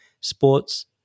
sports